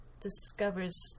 discovers